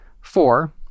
Four